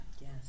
Yes